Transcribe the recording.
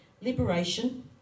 Liberation